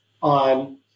on